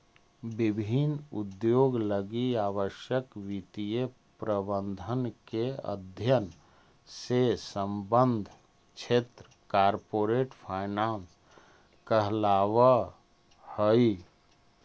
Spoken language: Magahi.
विभिन्न उद्योग लगी आवश्यक वित्तीय प्रबंधन के अध्ययन से संबद्ध क्षेत्र कॉरपोरेट फाइनेंस कहलावऽ हइ